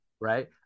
right